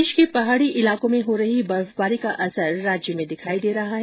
देश के पहाड़ी इलाकों में हो रही बर्फबारी का असर राज्य में दिखाई दे रहा है